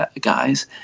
guys